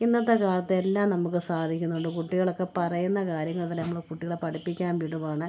ഇന്നത്തെ കാലത്തെല്ലാം നമുക്ക് സാധിക്കുന്നുണ്ട് കുട്ടികളൊക്കെ പറയുന്ന കാര്യങ്ങൾ തന്നെ നമ്മൾ കുട്ടികളെ പഠിപ്പിക്കാൻ വിടുകയാണ്